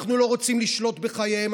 אנחנו לא רוצים לשלוט בחייהם,